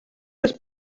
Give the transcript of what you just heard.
was